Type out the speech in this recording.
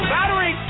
Battery